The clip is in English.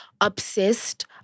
obsessed